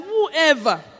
whoever